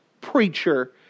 preacher